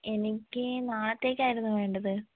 എനിക്ക് നാളത്തേക്കായിരുന്നു വേണ്ടത്